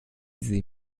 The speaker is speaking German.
sie